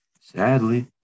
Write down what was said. Sadly